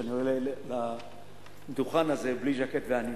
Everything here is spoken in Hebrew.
שאני עולה לדוכן הזה בלי ז'קט ועניבה.